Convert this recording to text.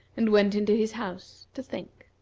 and went into his house, to think.